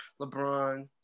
LeBron